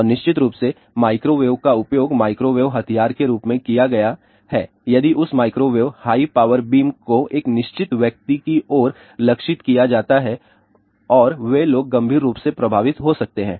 और निश्चित रूप से माइक्रोवेव का उपयोग माइक्रोवेव हथियार के रूप में किया गया है यदि उस माइक्रोवेव हाई पावर बीम को एक निश्चित व्यक्ति की ओर लक्षित किया जाता है और वे लोग गंभीर रूप से प्रभावित हो सकते हैं